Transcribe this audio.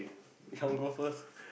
you want go first